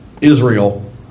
Israel